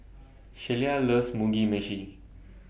Shelia loves Mugi Meshi